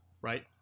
right